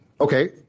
Okay